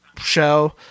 show